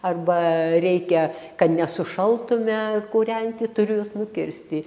arba reikia kad nesušaltume kūrenti turiu jus nukirsti